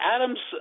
Adams